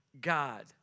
God